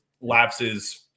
lapses